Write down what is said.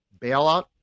bailout